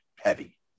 heavy